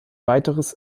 weiteres